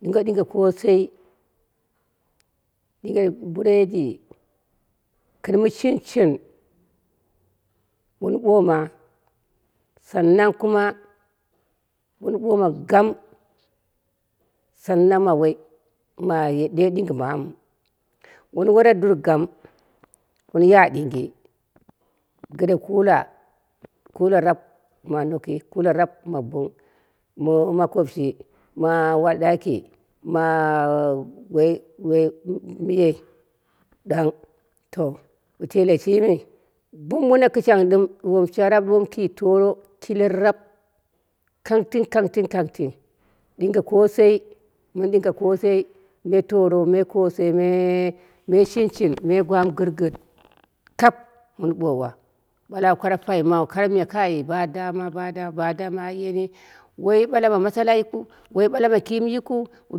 Ɗinga ɗinga koshei, dire bɨredi gɨn mɨ shinshin, wun ɓoma san nan kuma wun ɓoma gam sannan ma woi ma loi ɗingi mamu. wun wora dur gam wuu ya dingi gɨn kula, kula raap, kula raap ma noki kula raap ma bo ma makopshi, ma uwar ɗaki, ma. woi woi miyei ɗang to wu tel shimi, bumbuno kɨshang dɨm ɗuwomu sharap mɨ ki toro kile raap kaating kanting kangting ɗinge koshei mɨn ɗinga koshei me toro me koshei me shinshin me gwa mɨ gɨrgɨr kap mɨn ɓom a ɓale au koro payimu miya ka badama badama bada badama ayeni woi ɗala ma mashala yikɨu woi ɓala ma kiim yikɨu wu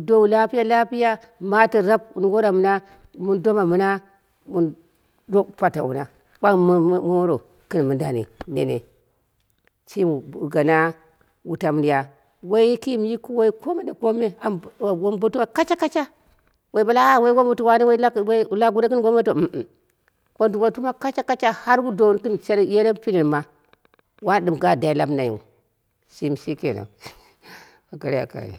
dowu lapiya lapiya, mato raap wun wara mɨna, mɨn dom mɨna wun patamɨna wun ɓagha moro gɨn mɨndani nene. Shimi gana wutau mɨ mɨn ya woi kiim yikɨu woi komedakome am wombotuma kashakasha woi ɓale aa lap goro wombotuma mh mh womboruma kashakasha har wu donnu gɨn yerei pinen ma wani ɗɨm ga dai lamnaiyin shini shilenang magana ya kare.